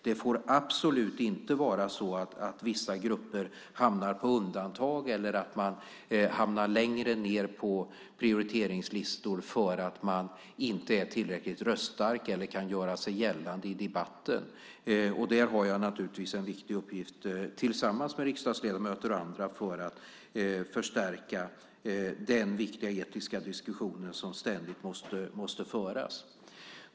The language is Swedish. Det får absolut inte vara så att vissa grupper hamnar på undantag eller att man hamnar längre ned på prioriteringslistor därför att man inte är tillräckligt röststark eller kan göra sig gällande i debatten. Där har jag naturligtvis en viktig uppgift tillsammans med riksdagsledamöter och andra för att förstärka den viktiga etiska diskussion som ständigt måste föras.